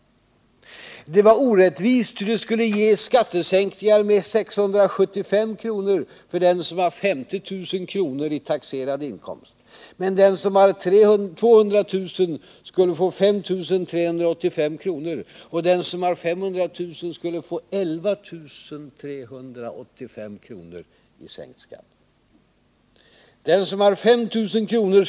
Det var orättvist, ty det skulle ge skattesänkningar med 675 kr. för den som har 50 000 kr. i taxerad inkomst, medan den som har 200 000 kr. skulle få 5 385 kr., och den som har 500 000 kr. skulle få 11 385 kr. i sänkt skatt. Den som har 50 000 kr.